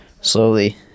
slowly